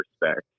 respect